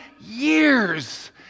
years